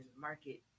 market